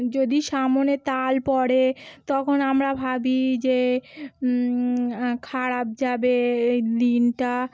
যদি সামনে তাল পড়ে তখন আমরা ভাবি যে খারাপ যাবে এই দিনটা